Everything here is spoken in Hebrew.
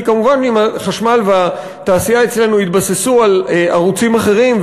כי מובן שאם החשמל והתעשייה אצלנו יתבססו על ערוצים אחרים,